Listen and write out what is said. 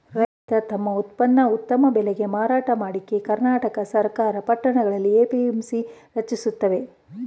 ರೈತ ತಮ್ ಉತ್ಪನ್ನನ ಉತ್ತಮ ಬೆಲೆಗೆ ಮಾರಾಟ ಮಾಡಕೆ ಕರ್ನಾಟಕ ಸರ್ಕಾರ ಪಟ್ಟಣದಲ್ಲಿ ಎ.ಪಿ.ಎಂ.ಸಿ ರಚಿಸಯ್ತೆ